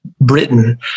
Britain